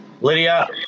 Lydia